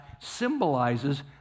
symbolizes